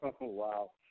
wow